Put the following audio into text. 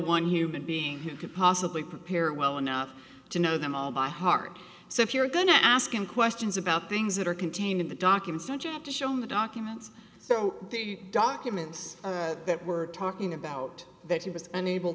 one human being who could possibly prepare well enough to know them by heart so if you're going to ask him questions about things that are contained in the document you have to show him the documents so the documents that we're talking about that he was unable